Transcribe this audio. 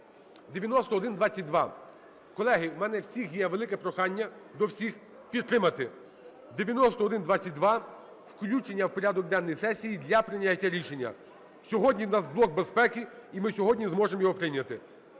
(9122). Колеги, у мене до всіх є велике прохання, до всіх, підтримати 9122 включення в порядок денний сесії для прийняття рішення. Сьогодні у нас блок безпеки, і ми сьогодні зможемо його прийняти.